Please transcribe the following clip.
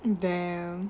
damn